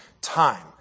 time